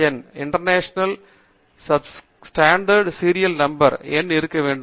என் international standard serial number எண் இருக்க வேண்டும்